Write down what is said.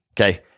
Okay